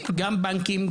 גם בנקים,